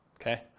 Okay